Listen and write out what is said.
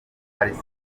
hari